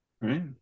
right